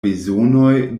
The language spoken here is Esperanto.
bezonoj